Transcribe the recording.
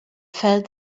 felt